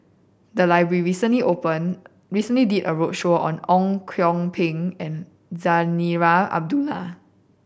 the library recently open recently did a roadshow on Ang Kok Peng and Zarinah Abdullah